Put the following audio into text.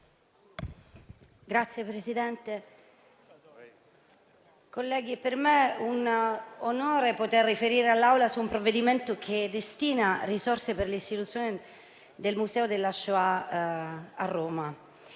Signor Presidente, colleghi, è per me un onore poter riferire all'Assemblea su un provvedimento che destina risorse per l'istituzione del Museo della Shoah a Roma.